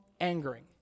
angering